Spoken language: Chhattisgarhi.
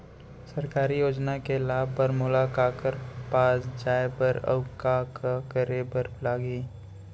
सरकारी योजना के लाभ बर मोला काखर पास जाए बर अऊ का का करे बर लागही?